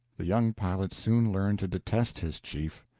the young pilot soon learned to detest his chief,